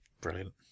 brilliant